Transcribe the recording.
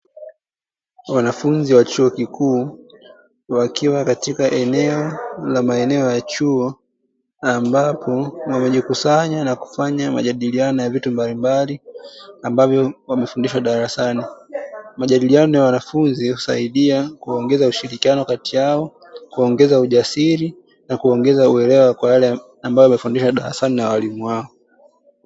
Wanafunzi wa chuo kikuu wakiwa katika eneo la maeneo ya chuo ambapo wamejikusanya na kufanya majadiliano ya vitu mbalimbali ambavyo wamefundishwa darasani, majadiliano ya wanafunzi husaidia kuongeza ushirikiano kati yao, kuongeza ujasiri na kuongeza uelewa kwa yale wamefundishwa darasani na walimu wao.